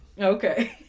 Okay